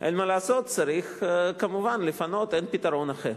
אין מה לעשות, צריך כמובן לפנות, אין פתרון אחר.